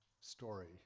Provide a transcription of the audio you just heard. story